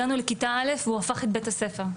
הגענו לכיתה א' הוא הפך את בית הספר,